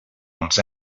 els